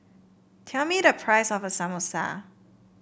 tell me the price of Samosa